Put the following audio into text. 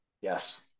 yes